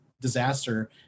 disaster